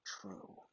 true